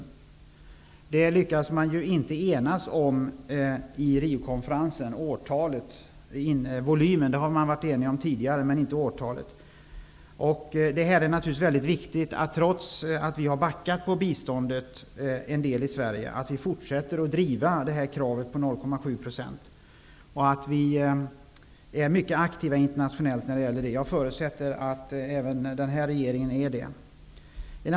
Årtalet lyckades man inte enas om på Riokonferensen. Volymen däremot är man överens om sedan tidigare. Naturligtvis är det väldigt viktigt att vi i Sverige, trots att vi backat en del vad avser biståndet, fortsätter att driva kravet på 0,7 % av BNP och att vi internationellt är mycket aktiva härvidlag. Jag förutsätter att även nuvarande regering är aktiv här.